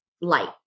light